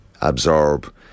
absorb